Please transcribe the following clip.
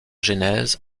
genèse